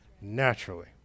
naturally